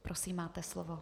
Prosím, máte slovo.